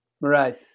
Right